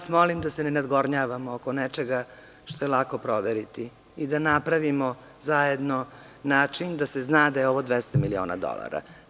Molim vas da se ne nadgornjavamo oko nečega što je lako proveriti i da napravimo zajedno način da se zna da je ovo 200 miliona dolara.